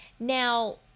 Now